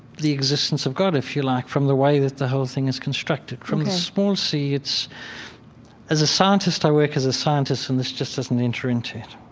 the existence of god, if you like, from the way that the whole thing is constructed from the small c, it's as a scientist, i work as a scientist and this just doesn't enter into it.